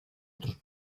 otros